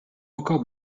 encore